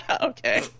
Okay